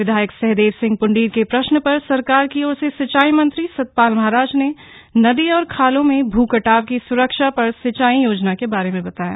विधायक सहदेव सिंह पृंडीर के प्रश्न पर सरकार की ओर से सिंचाई मंत्री सतपाल महाराज ने नदी और खालों में भू कटाव की सुरक्षा पर सिंचाई योजना के बारे में बताया